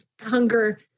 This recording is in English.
hunger